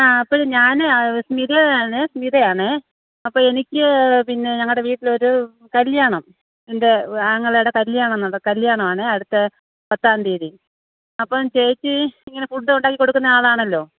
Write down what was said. ആ അപ്പം ഞാൻ സ്മിതയാണ് സ്മിതയാണ് അപ്പം എനിക്ക് പിന്നെ ഞങ്ങളുടെ വീട്ടിലൊരു കല്യാണം എൻ്റെ ആങ്ങളയുടെ കല്യാണം കല്യാണം ആണ് അടുത്ത പത്താം തീയതി അപ്പം ചേച്ചി ഇങ്ങനെ ഫുഡ് ഉണ്ടാക്കി കൊടുക്കുന്ന ആളാണല്ലോ